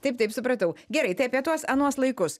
taip taip supratau gerai tai apie tuos anuos laikus